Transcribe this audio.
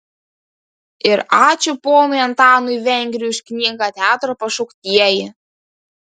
ir ačiū ponui antanui vengriui už knygą teatro pašauktieji